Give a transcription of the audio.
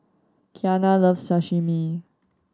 Kiana loves Sashimi